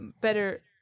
better